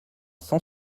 cent